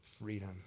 freedom